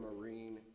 Marine